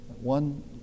one